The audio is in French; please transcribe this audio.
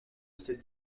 cette